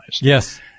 Yes